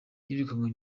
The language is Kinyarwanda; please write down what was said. yirukanywe